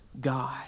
God